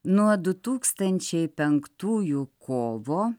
nuo du tūkstančiai penktųjų kovo